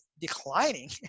declining